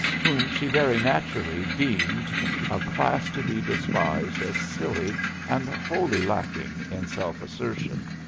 whom she very naturally deemed a class to be despised as silly and wholly lacking in self-assertion.